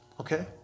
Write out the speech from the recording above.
Okay